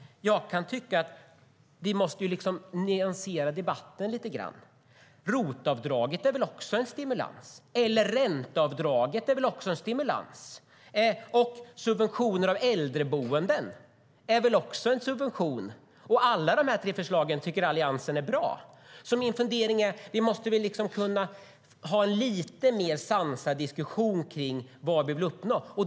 Jag kan tycka att vi måste nyansera debatten lite grann. ROT-avdraget är väl också en stimulans? Ränteavdraget är väl också en stimulans? Subventioner av äldreboenden är väl också en subvention? Alla dessa tre förslag tycker Alliansen är bra. Min fundering är att vi måste kunna ha en lite mer sansad diskussion om vad vi vill uppnå.